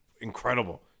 incredible